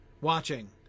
watching